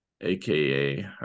AKA